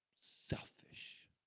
selfish